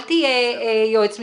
אל תהיה יועץ משפטי.